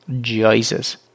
Jesus